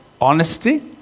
honesty